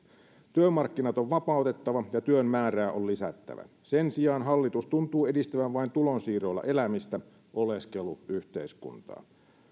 työmarkkinat on vapautettava ja työn määrää on lisättävä sen sijaan hallitus tuntuu edistävän vain tulonsiirroilla elämistä oleskeluyhteiskuntaa